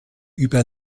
über